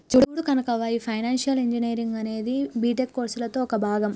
చూడు కనకవ్వ, ఈ financial engineering అనేది బీటెక్ కోర్సులలో ఒక భాగం